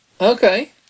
Okay